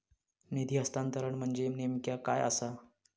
निधी हस्तांतरण म्हणजे नेमक्या काय आसा?